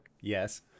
yes